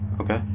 Okay